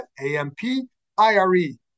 A-M-P-I-R-E